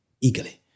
eagerly